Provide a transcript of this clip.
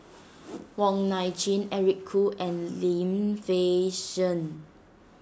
Wong Nai Chin Eric Khoo and Lim Fei Shen